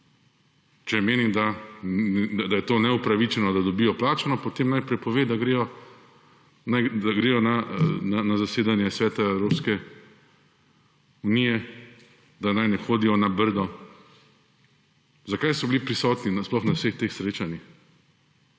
Če menim, da je to neupravičeno, da dobijo plačano, potem naj prepove, da gredo na zasedanje sveta Evropske unije, da naj ne hodijo na Brdo. Zakaj so bili prisotni sploh na vseh teh srečanjih?